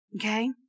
Okay